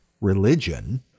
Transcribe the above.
religion